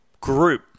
group